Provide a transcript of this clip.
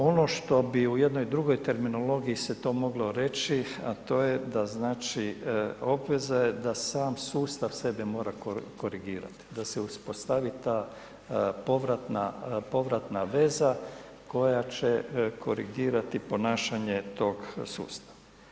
Ono što bi u jednoj drugoj terminologiji se to moglo reći, a to je da znači, obveza je da sam sustav sebe mora korigirati, da se uspostavi ta povratna veza koja će korigirati ponašanje tog sustava.